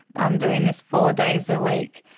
i'm doing this four days a week,